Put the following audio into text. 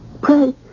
Pray